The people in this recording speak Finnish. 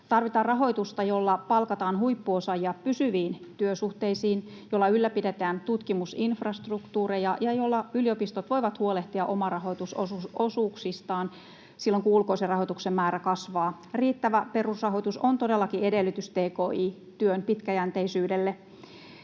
Tarvitaan rahoitusta, jolla palkataan huippuosaajia pysyviin työsuhteisiin, jolla ylläpidetään tutkimusinfrastruktuuria ja jolla yliopistot voivat huolehtia omarahoitusosuuksistaan silloin, kun ulkoisen rahoituksen määrä kasvaa. Riittävä perusrahoitus on todellakin edellytys tki-työn pitkäjänteisyydelle.